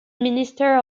minister